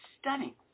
stunning